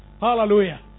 Hallelujah